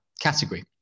category